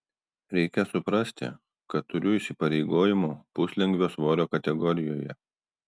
reikia suprasti kad turiu įsipareigojimų puslengvio svorio kategorijoje